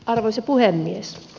arvoisa puhemies